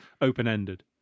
open-ended